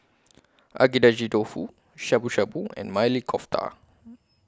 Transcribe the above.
Agedashi Dofu Shabu Shabu and Maili Kofta